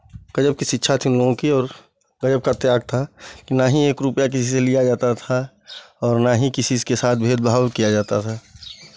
गज़ब की शिक्षा थी उनलोगों की और गज़ब का त्याग था ना ही एक रुपैया किसी से लिया जाता था और ना ही किसी के साथ भेदभाव किया था